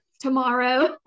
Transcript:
tomorrow